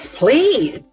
please